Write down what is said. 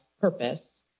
purpose